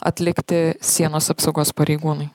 atlikti sienos apsaugos pareigūnai